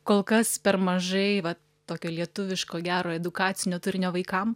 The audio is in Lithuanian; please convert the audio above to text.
kol kas per mažai va tokio lietuviško gero edukacinio turinio vaikam